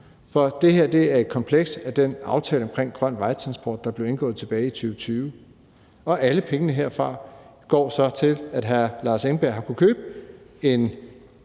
for det her er et kompleks af den aftale omkring grøn vejtransport, der blev indgået tilbage i 2020, og alle pengene herfra går så til, at hr. Lars Edberg har kunnet købe en